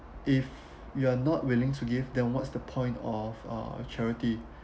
if you're not willing to give then what's the point of uh charity